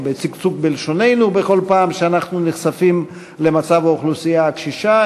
או בצקצוק בלשוננו בכל פעם שאנחנו נחשפים למצב האוכלוסייה הקשישה,